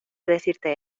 decirte